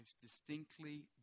distinctly